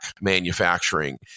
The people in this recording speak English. manufacturing